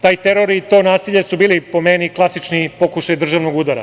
Taj teror i to nasilje su bili, po meni, klasičan pokušaj državnog udara.